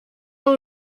dans